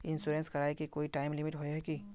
Insurance कराए के कोई टाइम लिमिट होय है की?